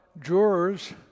jurors